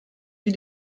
die